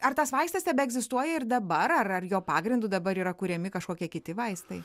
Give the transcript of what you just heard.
ar tas vaistas tebeegzistuoja ir dabar ar ar jo pagrindu dabar yra kuriami kažkokie kiti vaistai